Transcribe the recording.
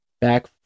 back